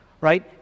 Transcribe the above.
Right